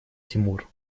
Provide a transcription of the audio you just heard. тимур